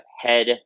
head